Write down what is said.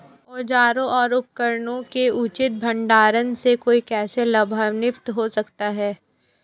औजारों और उपकरणों के उचित भंडारण से कोई कैसे लाभान्वित हो सकता है?